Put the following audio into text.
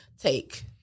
take